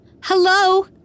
Hello